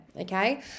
okay